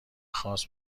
خاص